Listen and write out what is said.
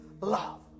love